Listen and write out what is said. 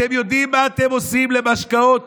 אתם יודעים מה אתם עושים למשקאות